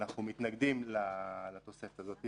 אנחנו מתנגדים לתוספת הזאת,